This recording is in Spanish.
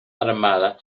armada